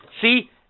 See